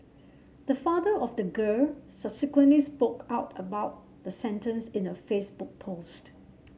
the father of the girl subsequently spoke out about the sentence in a Facebook post